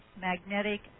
magnetic